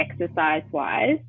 exercise-wise